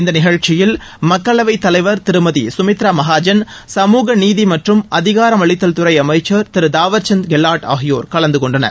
இந்த நிகழ்ச்சியில் மக்களவைத் தலைவர் திருமதி கமித்ரா மஹாஜன் சமூகநீதி மற்றும் அதிகாரம் அளித்தல் துறை அமைச்சர் திரு தாவர்சந்த் கெலாட் ஆகியோர் கலந்து கொண்டனர்